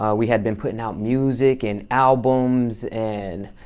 ah we had been putting out music and albums and,